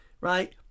right